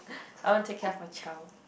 I want take care of my child